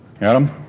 Adam